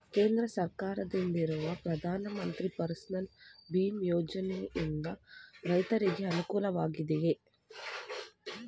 ಕೇಂದ್ರ ಸರ್ಕಾರದಿಂದಿರುವ ಪ್ರಧಾನ ಮಂತ್ರಿ ಫಸಲ್ ಭೀಮ್ ಯೋಜನೆಯಿಂದ ರೈತರಿಗೆ ಅನುಕೂಲವಾಗಿದೆಯೇ?